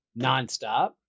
nonstop